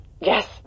Yes